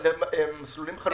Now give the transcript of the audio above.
על מסלולים חדשים?